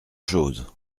chose